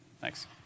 Thanks